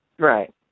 Right